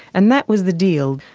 and that was the deal.